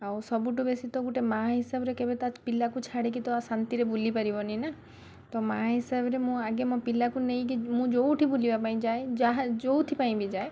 ଆଉ ସବୁଠୁ ବେଶୀ ତ ଗୋଟେ ମା' ହିସାବରେ କେବେ ତା'ପିଲାକୁ ଛାଡ଼ିକି ଶାନ୍ତିରେ ବୁଲିପାରିବନି ନା ତ ମା' ହିସାବରେ ମୁଁ ଆଗେ ମୋ ପିଲାକୁ ନେଇକି ମୁଁ ଯେଉଁଠି ବୁଲିବା ପାଇଁ ଯାଏ ଯାହା ଯେଉଁଥିପାଇଁ ବି ଯାଏ